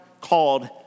called